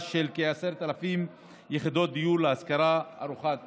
של כ-10,000 יחידות דיור להשכרה ארוכת טווח.